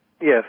Yes